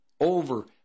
over